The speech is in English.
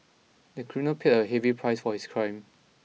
the criminal paid a heavy price for his crime